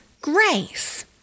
grace